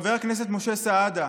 חבר הכנסת משה סעדה,